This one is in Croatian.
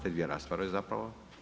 Te dvije rasprave zapravo?